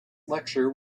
lecture